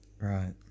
right